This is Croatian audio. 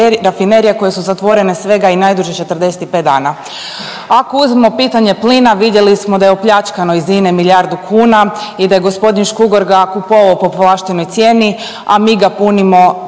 rafinerije koje su zatvorene svega i najduže 45 dana. Ako uzmemo pitanje plina vidjeli smo da je opljačkano iz INE milijardu kuna i da je gospodin Škugor ga kupovao po povlaštenoj cijeni, a mi ga punimo